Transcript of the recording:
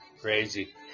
Crazy